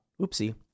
oopsie